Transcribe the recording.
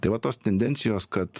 tai va tos tendencijos kad